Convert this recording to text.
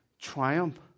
triumph